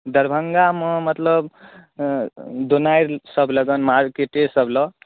दरभंगामे मतलब दोनारिसभ लगन मार्केटेसभ लग